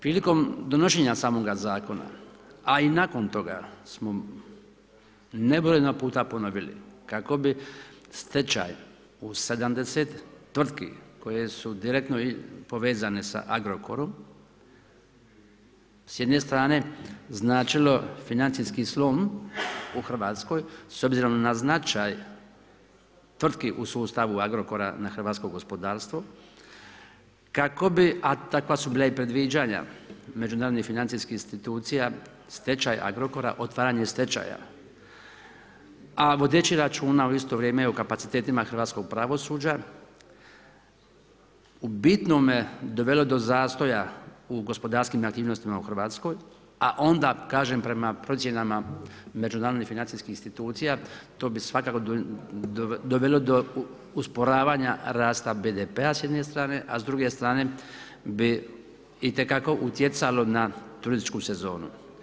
Prilikom donošenja samoga zakona a i nakon toga smo nebrojeno puta ponovili kako bi stečaj u 70 tvrtki koje su direktno povezane sa Agrokorom sa jedne strane značilo financijski slom u Hrvatskoj s obzirom na značaj tvrtki u sustavu Agrokora na hrvatsko gospodarstvo, kako bi, a takva su bila i predviđanja međunarodnih financijskih institucija, stečaj Agrokora, otvaranje stečaja, a vodeći računa u isto vrijeme i o kapacitetima hrvatskog pravosuđa u bitnome dovelo do zastoja u gospodarskim aktivnostima u Hrvatskoj, a onda kažem prema procjenama međunarodnih financijskih institucija to bi svakako dovelo do usporavanja rasta BDP-a s jedne strane, a s druge strane bi itekako utjecalo na turističku sezonu.